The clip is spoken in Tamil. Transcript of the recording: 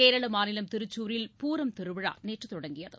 கேரள மாநிலம் திருச்சூரில் பூரம் திருவிழா நேற்று தொடங்கியது